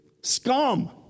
scum